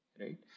right